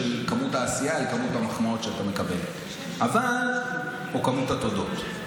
כמות העשייה מול כמות המחמאות שאתה מקבל או כמות התודות.